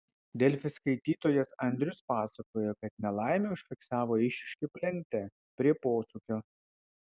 delfi skaitytojas andrius pasakojo kad nelaimę užfiksavo eišiškių plente prie posūkio